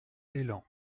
élan